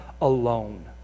alone